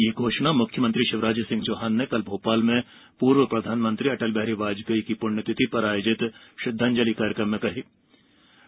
यह घोषणा मुख्यमंत्री शिवराज सिंह चौहान ने कल भोपाल में पूर्व प्रधानमंत्री अटल बिहारी वाजपेई की पुण्यतिथि पर आयोजित श्रद्धांजलि कार्यक्रम में की